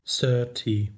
thirty